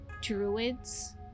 druids